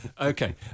Okay